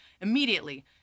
immediately